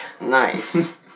Nice